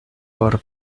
por